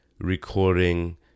recording